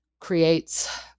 creates